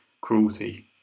cruelty